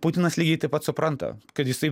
putinas lygiai taip pat supranta kad jisai